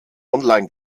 online